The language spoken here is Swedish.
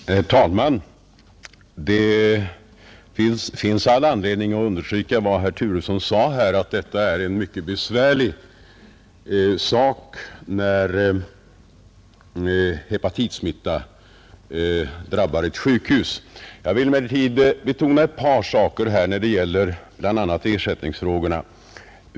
Herr talman! Det finns all anledning att understryka herr Turessons konstaterande att hepatitsmitta som drabbar ett sjukhus är en mycket besvärlig företeelse. Jag vill emellertid betona ett par saker beträffande bl.a. ersättningsfrågorna.